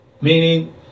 Meaning